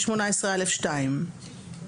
ב-18א(2).